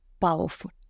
powerful